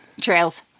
trails